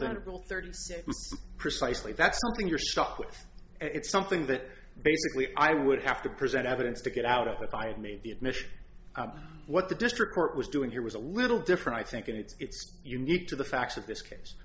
accidental thirty six precisely that's something you're stuck with it's something that basically i would have to present evidence to get out of if i made the admission what the district court was doing here was a little different i think it's unique to the facts of this case